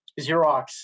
Xerox